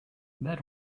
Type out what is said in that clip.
that